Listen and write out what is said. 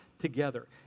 together